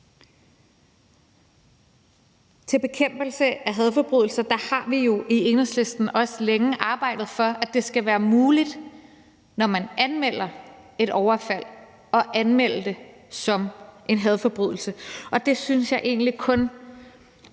Til bekæmpelse af hadforbrydelser har vi jo i Enhedslisten også længe arbejdet for, at det skal være muligt, når man anmelder et overfald, at anmelde det som en hadforbrydelse, og det synes jeg egentlig kun